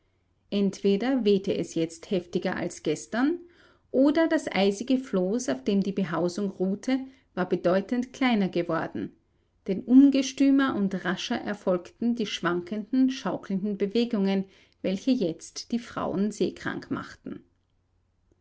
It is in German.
entweder wehte es jetzt heftiger als gestern oder das eisige floß auf dem die behausung ruhte war bedeutend kleiner geworden denn ungestümer und rascher erfolgten die schwankenden schaukelnden bewegungen welche jetzt die frauen seekrank machten